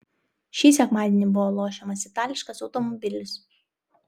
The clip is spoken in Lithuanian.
šį sekmadienį buvo lošiamas itališkas automobilis